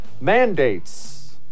mandates